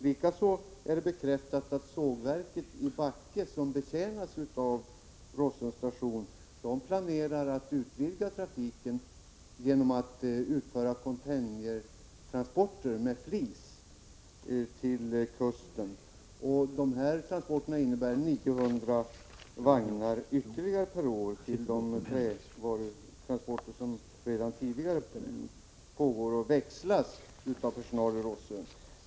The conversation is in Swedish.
Likaså är det bekräftat att sågverket i Backe, som betjänas av Rossöns station, planerar att utvidga trafiken genom att utföra containertransporter med flis till kusten. De transporterna innebär 90-100 vagnar ytterligare per år, till de trävarutransporter som redan tidigare pågår och växlas av personal i Rossön.